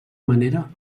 manera